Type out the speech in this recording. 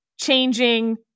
changing